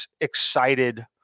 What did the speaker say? excited